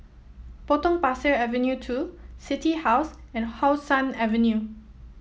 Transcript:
Potong Pasir Avenue two City House and How Sun Avenue